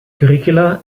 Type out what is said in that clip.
curricula